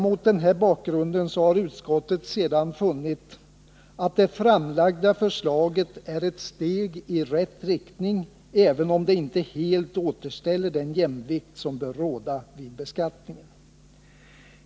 Mot denna bakgrund har utskottet sedan funnit att det framlagda förslaget är ett steg i rätt riktning även om det inte helt återställer den jämvikt som bör råda vid beskattningen.